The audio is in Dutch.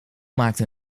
maakte